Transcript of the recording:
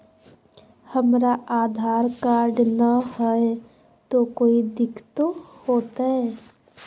हमरा आधार कार्ड न हय, तो कोइ दिकतो हो तय?